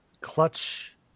clutch